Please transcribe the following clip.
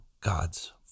God's